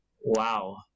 wow